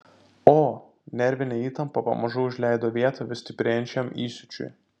o nervinė įtampa pamažu užleido vietą vis stiprėjančiam įsiūčiui